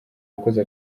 yakoze